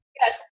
Yes